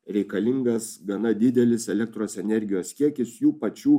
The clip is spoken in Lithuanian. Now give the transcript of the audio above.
reikalingas gana didelis elektros energijos kiekis jų pačių